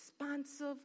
responsive